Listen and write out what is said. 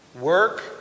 Work